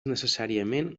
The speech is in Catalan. necessàriament